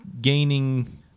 gaining